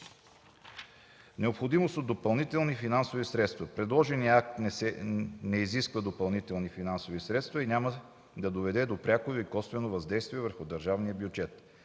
Необходимост от допълнителни финансови средства Предложеният акт не изисква допълнителни финансови средства и няма да доведе до пряко или косвено въздействие върху държавния бюджет.